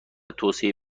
توسعه